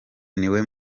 niwe